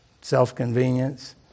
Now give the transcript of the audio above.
self-convenience